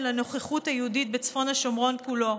לנוכחות היהודית בצפון השומרון כולו.